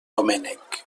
doménec